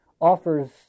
offers